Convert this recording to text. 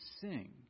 sing